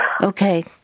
Okay